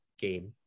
game